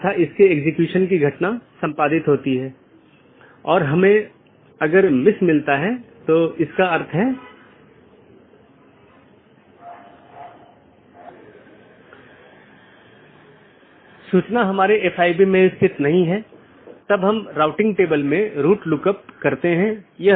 इसका मतलब है कि मार्ग इन कई AS द्वारा परिभाषित है जोकि AS की विशेषता सेट द्वारा परिभाषित किया जाता है और इस विशेषता मूल्यों का उपयोग दिए गए AS की नीति के आधार पर इष्टतम पथ खोजने के लिए किया जाता है